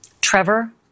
Trevor